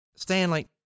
Stanley